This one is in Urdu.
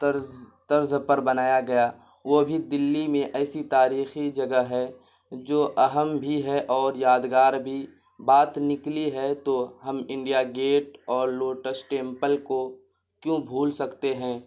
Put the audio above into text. طرز طرز پر بنایا گیا وہ بھی دہلی میں ایسی تاریخی جگہ ہے جو اہم بھی ہے اور یادگار بھی بات نکلی ہے تو ہم انڈیا گیٹ اور لوٹس ٹیمپل کو کیوں بھول سکتے ہیں